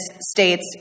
states